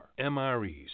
MREs